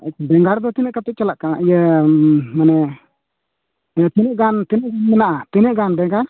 ᱵᱮᱸᱜᱟᱲ ᱫᱚ ᱛᱤᱱᱟᱹᱜ ᱠᱟᱛᱮ ᱪᱟᱞᱟᱜ ᱠᱟᱱᱟ ᱤᱭᱟᱹ ᱢᱟᱱᱮ ᱛᱤᱱᱟᱹᱜ ᱜᱟᱱ ᱛᱤᱱᱟᱹᱜ ᱢᱮᱱᱟᱜᱼᱟ ᱛᱤᱱᱟᱹᱜ ᱜᱟᱱ ᱵᱮᱸᱜᱟᱲ